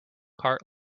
cart